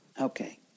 Okay